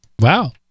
wow